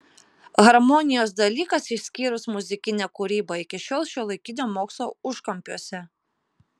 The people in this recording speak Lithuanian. harmonijos dalykas išskyrus muzikinę kūrybą iki šiol šiuolaikinio mokslo užkampiuose